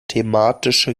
thematische